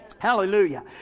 Hallelujah